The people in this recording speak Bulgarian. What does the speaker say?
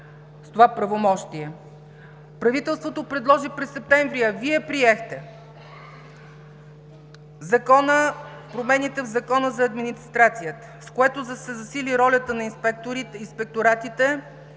с това правомощие. Правителството предложи през септември, а Вие приехте промените в Закона за администрацията, с което да се засили ролята на инспекторатите,